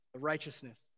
righteousness